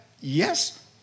Yes